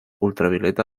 ultravioleta